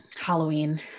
Halloween